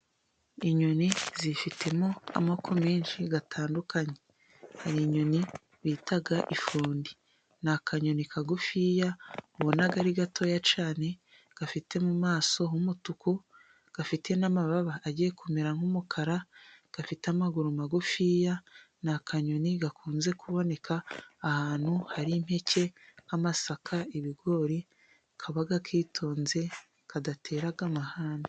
Inyoni zifitemo amoko menshi atandukanye, hari inyoni bita ifundi, ni akanyoni kagufiya ubona ari gatoya cyane, gafite mu maso h'umutuku gafite n'amababa agiye kumera nk'umukara, gafite amaguru magufiya. Ni akanyoni gakunze kuboneka ahantu hari impeke, nk'amasaka ibigori kaba kitonze kadatera amahane.